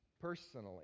personally